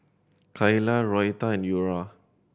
Kaela Noretta and Eura